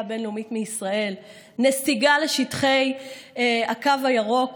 הבין-לאומית מישראל נסיגה לשטחי הקו הירוק